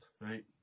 right